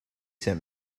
sent